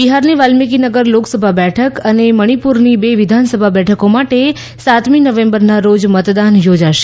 બિહારની વાલ્મીકી નગર લોકસભા બેઠક અને મણિપુરની બે વિધાનસભા બેઠકો માટે સાતમી નવેમ્બરના રોજ મતદાન યોજાશે